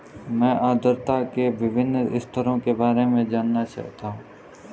मैं आर्द्रता के विभिन्न स्तरों के बारे में जानना चाहता हूं